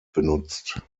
benutzt